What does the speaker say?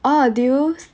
oh do you